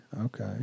okay